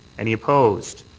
any opposed?